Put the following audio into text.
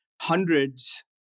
hundreds